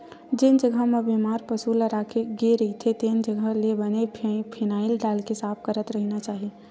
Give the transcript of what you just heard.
जेन जघा म बेमार पसु ल राखे गे रहिथे तेन जघा ल बने फिनाईल डालके साफ करत रहिना चाही